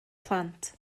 plant